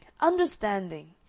Understanding